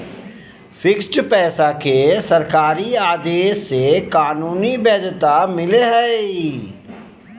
fiat पैसा के सरकारी आदेश से कानूनी वैध्यता मिलो हय